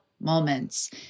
moments